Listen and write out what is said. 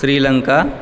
Shri Lanka